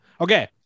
Okay